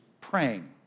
praying